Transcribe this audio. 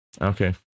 okay